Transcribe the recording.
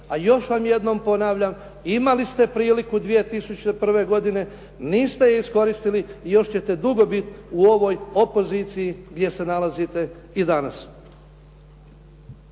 a još vam jednom ponavljam imali ste priliku 2001. godine, niste je iskoristili i još ćete dugo biti u ovoj opoziciji gdje se nalazite i danas.